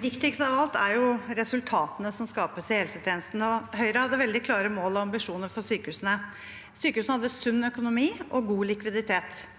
Viktigst av alt er jo resultatene som skapes i helsetjenesten, og Høyre hadde veldig klare mål og ambisjoner for sykehusene. Sykehusene hadde sunn økonomi og god likviditet